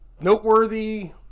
noteworthy